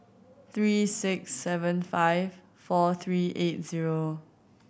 three six seven five four three eight zero